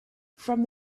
from